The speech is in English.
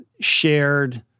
shared